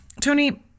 Tony